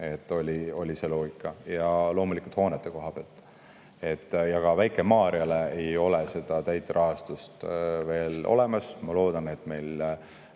See oli see loogika. Loomulikult ka hoonete koha pealt. Väike-Maarjale ei ole täit rahastust veel olemas. Ma loodan, et meil